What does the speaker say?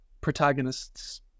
protagonist's